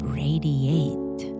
radiate